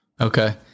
Okay